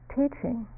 teaching